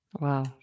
Wow